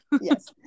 Yes